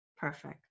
Perfect